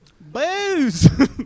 booze